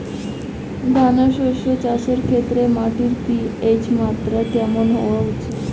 দানা শস্য চাষের ক্ষেত্রে মাটির পি.এইচ মাত্রা কেমন হওয়া উচিৎ?